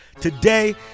Today